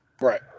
right